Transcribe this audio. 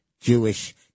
Jewish